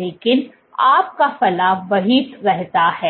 लेकिन आपका फलाव वही रहता है